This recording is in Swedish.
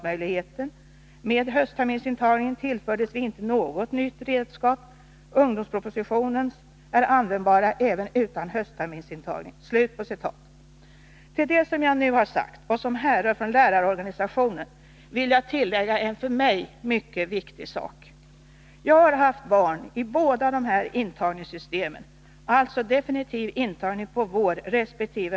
Med ht-intagningen tillfördes vi inte något nytt redskap .” Till det som jag nu har sagt och som härrör från lärarorganisationen vill jag tillägga en för mig mycket viktig sak. Jag har haft barn i båda de här intagningssystemen, alltså definitiv intagning på vårresp.